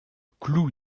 clou